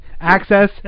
access